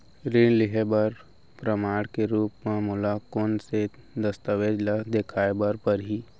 ऋण लिहे बर प्रमाण के रूप मा मोला कोन से दस्तावेज ला देखाय बर परही?